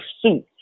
suit